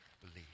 believe